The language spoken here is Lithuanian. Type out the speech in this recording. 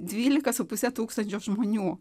dvylika su puse tūkstančio žmonių